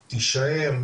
תישאר,